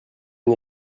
une